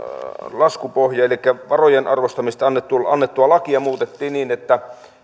laskupohjaa elikkä varojen arvostamisesta annettua lakia muutettiin niin että